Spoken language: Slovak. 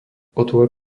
otvor